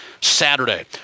Saturday